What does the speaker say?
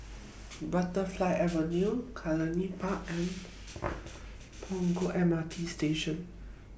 Butterfly Avenue Cluny Park and Punggol M R T Station